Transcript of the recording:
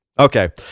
Okay